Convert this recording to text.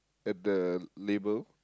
at the label